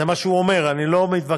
זה מה שהוא אומר, אני לא מתווכח.